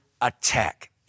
attack